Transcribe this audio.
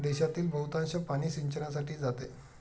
देशातील बहुतांश पाणी सिंचनासाठी जाते